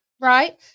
right